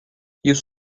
just